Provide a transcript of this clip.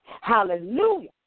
Hallelujah